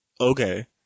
Okay